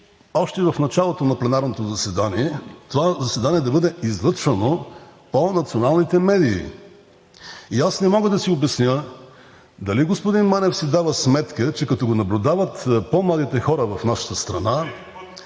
още в началото на пленарното заседание това заседание да бъде излъчвано по националните медии. Аз не мога да си обясня дали господин Манев си дава сметка, че като го наблюдават по младите хора в нашата страна…